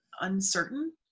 uncertain